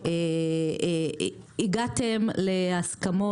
הגעתם להסכמות,